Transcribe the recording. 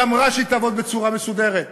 היא אמרה שהיא תעבוד בצורה מסודרת,